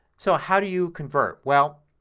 so how do you convert? well,